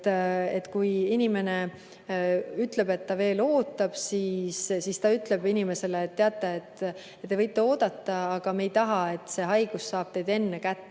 et kui inimene ütleb, et ta veel ootab, siis ta ütleb inimesele, et teate, te võite oodata, aga me ei taha, et see haigus saab teid enne kätte,